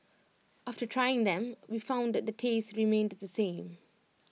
after trying them we found that the taste remained the same